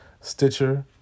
Stitcher